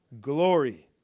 glory